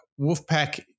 Wolfpack